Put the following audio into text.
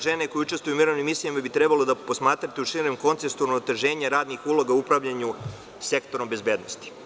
Žene koje učestvuju u mirovnim misijama bi trebalo da posmatrate u širem kontekstu, oteženje radnih uloga u upravljanju sektorom bezbednosti.